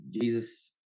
Jesus